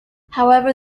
however